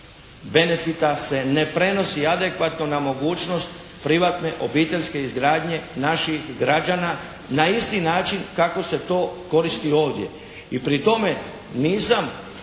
benefita se ne prenosi adekvatno na mogućnost privatne obiteljske izgradnje naših građana na isti način kako se to koristi ovdje. I pri tome nisam